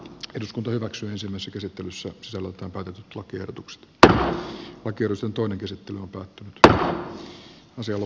eduskunta hyväksyi ensimmäisen käsittelyssä soluttapakattua poliisihallitukselta ministeriölle voi määrätyllä tavalla olla hyväkin edistysaskel